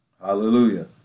Hallelujah